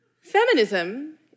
Feminism